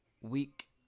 week